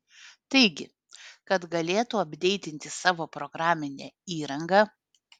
taigi kad galėtų apdeitinti savo programinę įranga